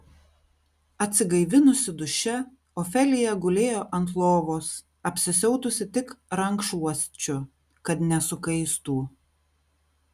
atsigaivinusi duše ofelija gulėjo ant lovos apsisiautusi tik rankšluosčiu kad nesukaistų